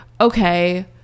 okay